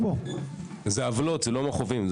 אלה עוולות, אלה לא מכאובים.